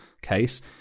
case